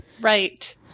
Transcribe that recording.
Right